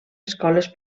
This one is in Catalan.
escoles